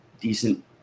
decent